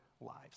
lives